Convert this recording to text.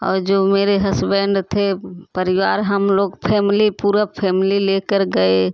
और जो मेरे हस्बैंड थे परिवार हम लोग फैमली पूरा फैमली ले कर गए